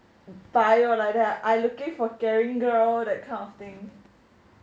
bio like that I looking for caring girl that kind of thing